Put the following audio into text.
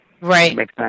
Right